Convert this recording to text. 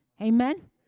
Amen